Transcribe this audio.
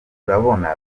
urabona